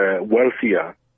wealthier